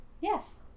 Yes